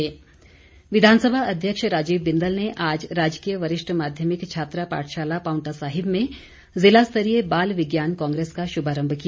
बिंदल विधानसभा अध्यक्ष राजीव बिंदल ने आज राजकीय वरिष्ठ माध्यमिक छात्रा पाठशाला पावंटा साहिब में जिला स्तरीय बाल विज्ञान कांग्रेस का शुभारंभ किया